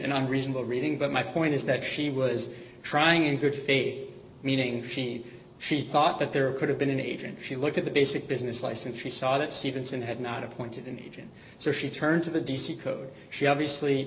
i'm reasonable reading but my point is that she was trying in good faith meaning she she thought that there could have been an agent she looked at the basic business license she saw that stephenson had not appointed an agent so she turned to the d c code she obviously